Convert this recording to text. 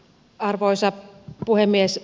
arvoisa puhemies